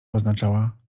oznaczała